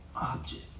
object